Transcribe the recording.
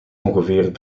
ongeveer